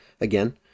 again